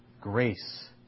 grace